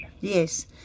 Yes